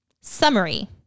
Summary